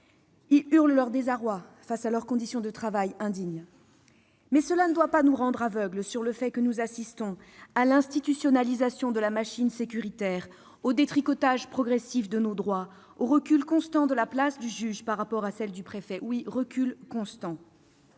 ils hurlent leur désarroi face à leurs conditions de travail indignes. Mais cela ne doit pas nous rendre aveugles au fait que nous assistons à l'institutionnalisation de la machine sécuritaire, au détricotage progressif de nos droits, au recul constant de la place du juge par rapport à celle du préfet. Oui, ce recul est constant